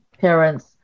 parents